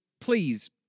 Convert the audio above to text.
please